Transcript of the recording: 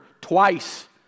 twice